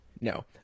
No